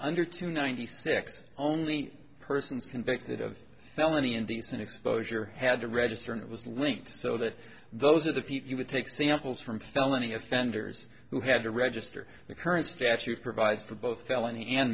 under two ninety six only persons convicted of felony indecent exposure had to register and it was linked to so that those are the people who would take samples from felony offenders who had to register the current statute provides for both felony and